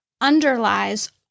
underlies